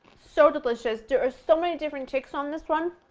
so delicious, there are so many different takes on this one,